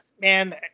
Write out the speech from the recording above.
man